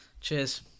cheers